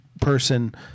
person